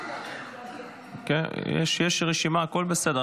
--- יש רשימה, הכול בסדר.